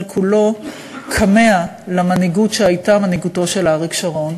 כולו כמהּ למנהיגות שהייתה מנהיגותו של אריק שרון.